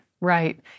Right